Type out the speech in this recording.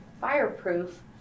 fireproof